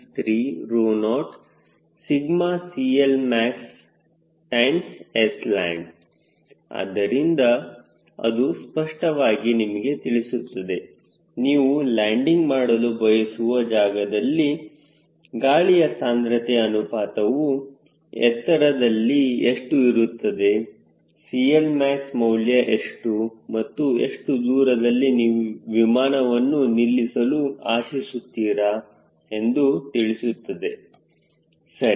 85630CLmaxsland ಆದ್ದರಿಂದ ಇದು ಸ್ಪಷ್ಟವಾಗಿ ನಿಮಗೆ ತಿಳಿಸುತ್ತದೆ ನೀವು ಲ್ಯಾಂಡಿಂಗ್ ಮಾಡಲು ಬಯಸುವ ಜಾಗದಲ್ಲಿ ಗಾಳಿಯ ಸಾಂದ್ರತೆ ಅನುಪಾತವು ಎತ್ತರದಲ್ಲಿ ಎಷ್ಟು ಇರುತ್ತದೆ CLmax ಮೌಲ್ಯ ಎಷ್ಟು ಮತ್ತು ಎಷ್ಟು ದೂರದಲ್ಲಿ ನೀವು ವಿಮಾನವನ್ನು ನಿಲ್ಲಿಸಲು ಆಶಿಸುತ್ತಿರಾ ಎಂದು ತಿಳಿಸುತ್ತದೆ ಸರಿ